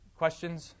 questions